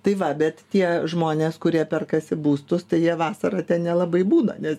tai va bet tie žmonės kurie perkasi būstus tai jie vasarą ten nelabai būna nes